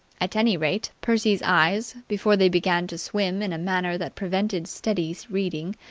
at any rate, percy's eyes, before they began to swim in a manner that prevented steady reading,